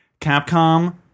Capcom